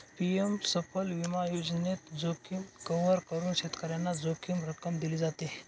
PM फसल विमा योजनेत, जोखीम कव्हर करून शेतकऱ्याला जोखीम रक्कम दिली जाते